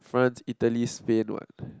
France Italy Spain what